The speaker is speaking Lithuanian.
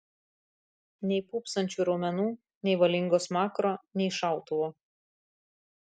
nei pūpsančių raumenų nei valingo smakro nei šautuvo